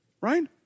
right